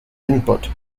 input